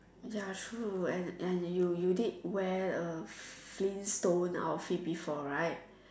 ya true and you you did wear a Flintstones outfit before right